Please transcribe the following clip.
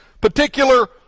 particular